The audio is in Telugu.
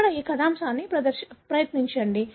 ఇక్కడ ఈ కథాంశాన్ని ప్రయత్నించండి